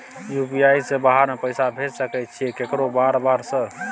UPI से बाहर में पैसा भेज सकय छीयै केकरो बार बार सर?